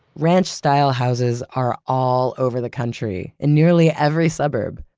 ranch-style houses are all over the country in nearly every suburb.